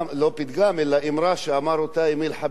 שאמר אותה אמיל חביבי בזמנו,